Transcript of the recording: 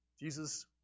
Jesus